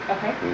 Okay